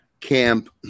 camp –